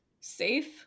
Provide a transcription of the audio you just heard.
safe